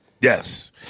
Yes